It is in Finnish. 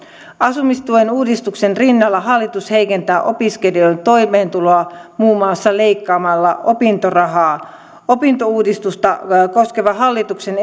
asumistuen uudistuksen rinnalla hallitus heikentää opiskelijoiden toimeentuloa muun muassa leikkaamalla opintorahaa opintotukiuudistusta koskevan hallituksen